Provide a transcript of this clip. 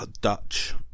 Dutch